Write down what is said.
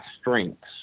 strengths